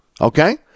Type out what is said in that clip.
Okay